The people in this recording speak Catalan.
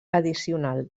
addicional